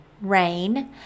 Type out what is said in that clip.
Rain